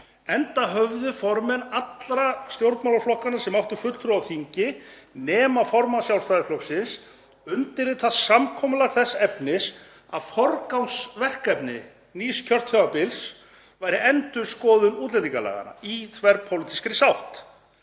enda höfðu formenn allra stjórnmálaflokkanna sem áttu fulltrúa á þingi, nema formaður Sjálfstæðisflokksins, undirritað samkomulag þess efnis að forgangsverkefni nýs kjörtímabils væri endurskoðun útlendingalaganna í þverpólitískri sátt.